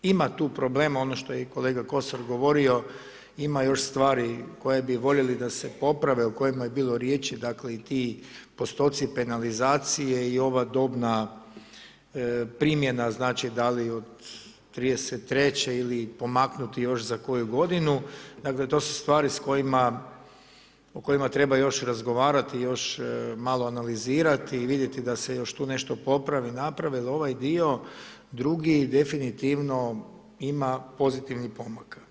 Ima tu problema ono što je i kolega Kosor govorio, ima još stvari koje bi voljeli da se poprave, o kojima je bilo riječi, dakle i ti postotci penalizacije i ova dobna primjena, znači da li od 2033. ili pomaknuti još za koju godinu, dakle to su stvari o kojima treba još razgovarati, još malo analizirati, vidjeti da se još tu nešto popravi, napravi jer ovaj dio drugi definitivno ima pozitivni pomak.